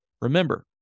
remember